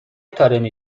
طارمی